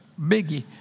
biggie